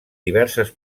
diverses